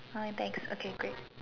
alright thanks okay great